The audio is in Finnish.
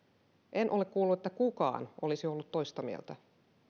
en ole kuullut että kukaan olisi ollut toista mieltä